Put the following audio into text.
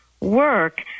work